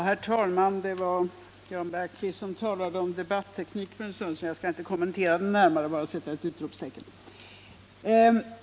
Herr talman! Det var Jan Bergqvist som talade om debatteknik för en stund sedan. Jag skall inte kommentera det närmare — jag vill bara sätta ett utropstecken.